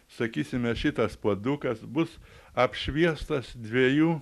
sakysime šitas puodukas bus apšviestas dviejų